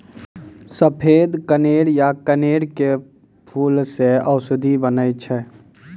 सफेद कनेर या कनेल के फूल सॅ औषधि बनै छै